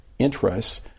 interests